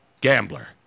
Gambler